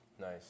Nice